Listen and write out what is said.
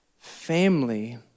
Family